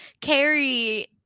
Carrie